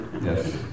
Yes